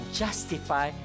justify